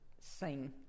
sing